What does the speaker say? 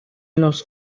los